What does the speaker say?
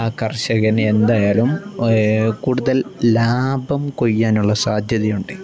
ആ കർഷകന് എന്തായാലും കൂടുതൽ ലാഭം കൊയ്യാനുള്ള സാധ്യതയുണ്ട്